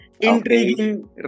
intriguing